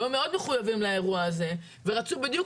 והיו מאוד מחויבים לאירוע הזה ורצו בדיוק